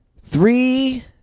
Three